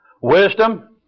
wisdom